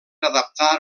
adaptar